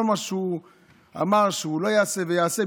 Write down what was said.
כל מה שהוא אמר שהוא לא יעשה ויעשה,